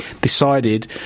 decided